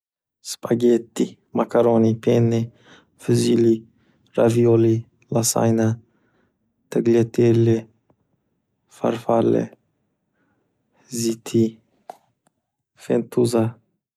Spaghetti, makaroni, peni fuzili, ravioli, lasayna, tagliatele, farfale, ziti, fentosa.